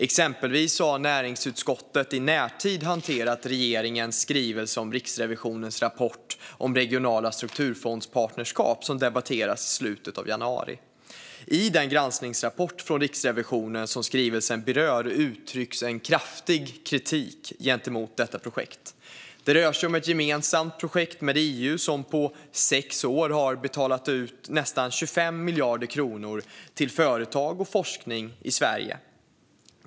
Exempelvis har näringsutskottet i närtid hanterat regeringens skrivelse om Riksrevisionens rapport om regionala strukturfondspartnerskap, som debatteras i slutet av januari. I den granskningsrapport från Riksrevisionen som skrivelsen berör uttrycks en kraftig kritik mot detta projekt. Det rör sig om ett gemensamt projekt med EU som på sex år har betalat ut nästan 25 miljarder kronor till företag och forskning i Sverige.